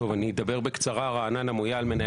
נציג משרד